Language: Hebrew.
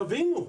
תבינו,